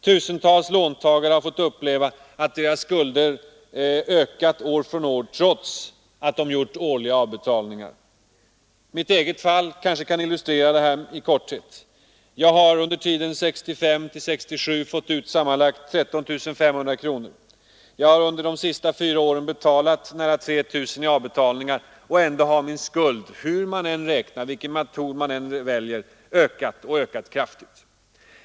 Tusentals låntagare har fått uppleva att deras skulder ökat år från år trots att de gjort årliga avbetalningar. Mitt eget fall kanske i korthet kan illustrera detta. Jag har under tiden 1965—1967 sammanlagt fått ut 13 500 kronor i lån. Jag har under de sista fyra åren betalat nära 3 000 kronor i avbetalningar, och ändå har min skuld — vilken metod man än väljer att räkna — ökat kraftigt.